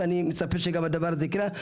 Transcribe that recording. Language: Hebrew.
ואני מצפה שגם הדבר הזה יקרה.